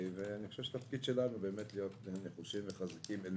התפקיד שלנו להיות נחושים וחזקים אל